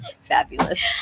Fabulous